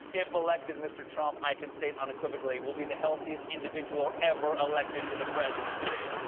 if elected, mr. trump, i can state unequivocally, will be the healthiest individual ever elected to the presidency.